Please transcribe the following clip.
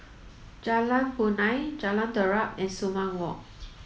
Jalan Punai Jalan Terap and Sumang Walk